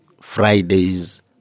Friday's